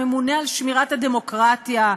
הממונה על שמירת הדמוקרטיה,